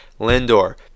Lindor